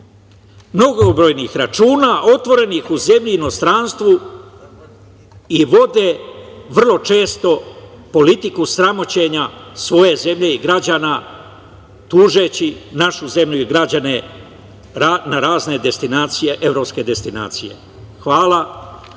mnogobrojnih računa otvorenih u zemlji i inostranstvu i vode vrlo često politiku sramoćenja svoje zemlje i građana tužeći našu zemlju i građane na razne destinacije, evropske destinacije. Hvala.